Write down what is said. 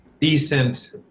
decent